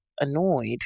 annoyed